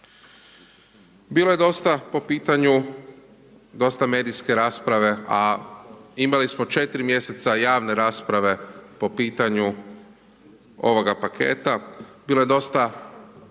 Bilo je dosta po pitanju, dosta medijske rasprave a imali smo 4 mj. javne rasprave po pitanju ovoga paketa, bilo je dosta